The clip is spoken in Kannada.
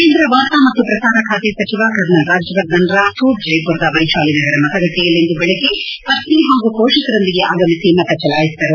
ಕೇಂದ್ರ ವಾರ್ತಾ ಮತ್ತು ಪ್ರಸಾರ ಖಾತೆ ಸಚಿವ ಕರ್ನಲ್ ರಾಜ್ಯವರ್ಧನ್ ರಾಥೋಡ್ ಜೈಮರದ ವೈಶಾಲಿ ನಗರ ಮತಗಟ್ಟೆಯಲ್ಲಿಂದು ಬೆಳಗ್ಗೆ ಪಟ್ನಿ ಹಾಗೂ ಪೋಷಕರೊಂದಿಗೆ ಆಗಮಿಸಿ ಮತ ಚಲಾಯಿಸಿದರು